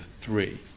three